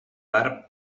barb